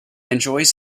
enjoys